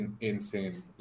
insane